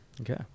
Okay